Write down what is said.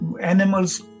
animals